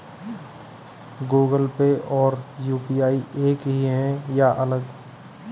Google Pay और UPI एक ही है या अलग?